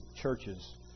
churches